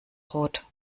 rot